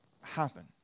happen